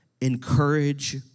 encourage